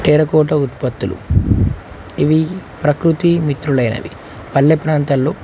terracotta ఉత్పత్తులు ఇవి ప్రకృతి మిత్రులైనవి పల్లె ప్రాంతాల్లో